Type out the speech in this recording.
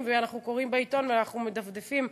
וקוראים עליהם בעיתון ואנחנו מדפדפים,